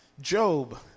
Job